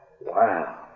Wow